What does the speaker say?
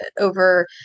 over